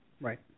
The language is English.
Right